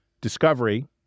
discovery